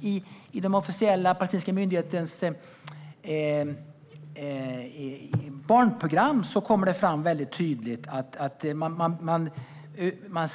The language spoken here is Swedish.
I den officiella palestinska myndighetens barnprogram sägs det tydligt